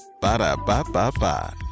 Ba-da-ba-ba-ba